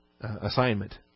assignment